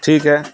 ٹھیک ہے